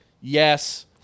yes